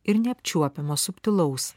ir neapčiuopiamo subtilaus